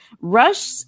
rush